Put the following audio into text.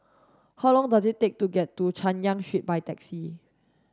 how long does it take to get to Chay Yan Street by taxi